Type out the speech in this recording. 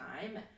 time